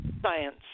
Science